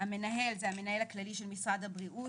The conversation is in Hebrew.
"המנהל" המנהל הכללי של משרד הבריאות